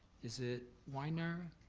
is it weiner?